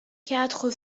quatre